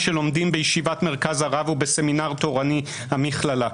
שלומדים בישיבת מרכז הרב ובסמינר תורני המכללה.